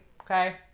Okay